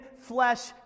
flesh